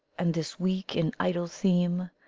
and this weak and idle theme,